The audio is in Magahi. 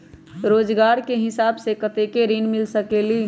रोजगार के हिसाब से कतेक ऋण मिल सकेलि?